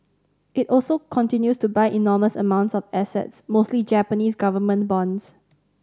it also continues to buy enormous amounts of assets mostly Japanese government bonds